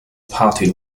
party